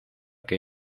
que